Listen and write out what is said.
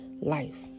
life